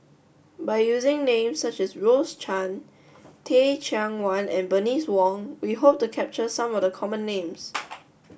by using names such as Rose Chan Teh Cheang Wan and Bernice Wong we hope to capture some of the common names